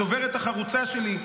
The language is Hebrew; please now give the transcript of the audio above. הדוברת החרוצה שלי,